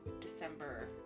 December